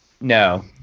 No